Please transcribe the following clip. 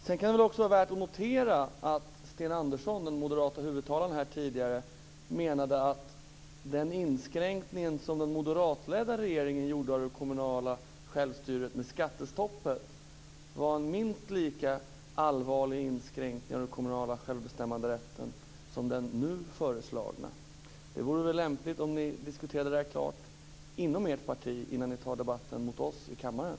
Sedan kan det också vara värt att notera att Sten Andersson, den moderate huvudtalaren här tidigare, menade att den inskränkning som den moderatledda regeringen gjorde av den kommunala självstyrelsen med skattestoppet var en minst lika allvarlig inskränkning av den kommunala självbestämmanderätten som den nu föreslagna. Det vore väl lämpligt om ni diskuterade detta klart inom ert parti innan ni för en debatt mot oss i kammaren.